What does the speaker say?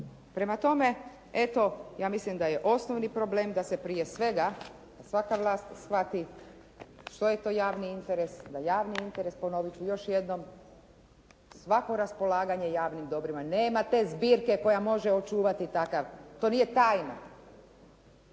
Prema tome, eto ja mislim da je osnovni problem da se prije svega svaka vlast shvati što je to javni interes, da javni interes je, ponovit ću još jednom, svako raspolaganje javnim dobrima. Nema te zbirke koja može očuvati takav, to nije tajna.